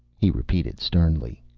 he repeated sternly.